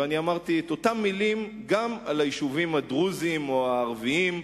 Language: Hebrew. ואמרתי את אותן מלים גם על היישובים הדרוזיים והערביים,